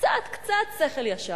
קצת קצת שכל ישר.